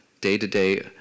day-to-day